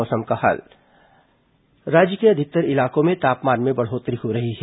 मौसम राज्य के अधिकतर इलाकों में तापमान में बढ़ोत्तरी हो रही है